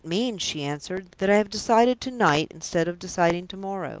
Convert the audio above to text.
it means, she answered, that i have decided to-night instead of deciding to-morrow.